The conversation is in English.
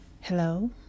Hello